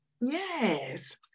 Yes